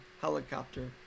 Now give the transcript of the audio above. helicopter